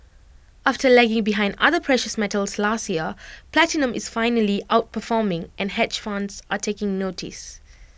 after lagging behind other precious metals last year platinum is finally outperforming and hedge funds are taking notice